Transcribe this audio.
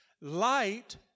light